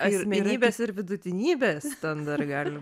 asmenybės ir vidutinybės ten dar gali